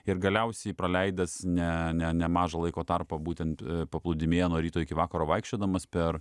ir galiausiai praleidęs ne ne nemažą laiko tarpą būtent paplūdimyje nuo ryto iki vakaro vaikščiodamas per